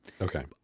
Okay